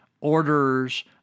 orders